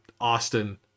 Austin